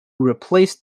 replaced